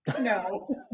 No